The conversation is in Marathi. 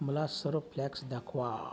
मला सर्व फ्लॅक्स दाखवा